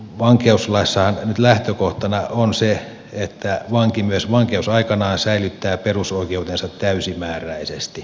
vankeuslaissahan nyt lähtökohtana on se että vanki myös vankeusaikanaan säilyttää perusoikeutensa täysimääräisesti